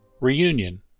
Reunion